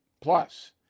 Plus